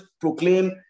proclaim